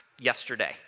yesterday